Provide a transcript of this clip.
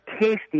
tasty